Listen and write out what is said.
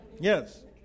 Yes